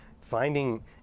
finding